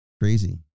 crazy